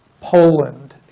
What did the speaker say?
Poland